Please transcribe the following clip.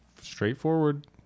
straightforward